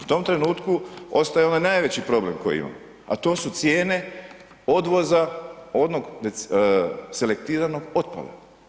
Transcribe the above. U tom trenutku ostaje onaj najveći problem koji imamo a to su cijene odvoza onog selektiranog otpada.